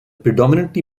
predominantly